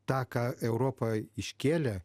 tą ką europa iškėlė